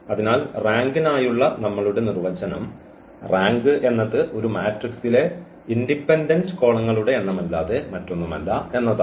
അതിനാൽ റാങ്കിനായുള്ള നമ്മളുടെ നിർവചനം റാങ്ക് എന്നത് ഒരു മാട്രിക്സിലെ ഇൻഡിപെൻഡന്റ് കോളങ്ങളുടെ എണ്ണമല്ലാതെ മറ്റൊന്നുമല്ല എന്നതാണ്